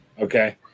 okay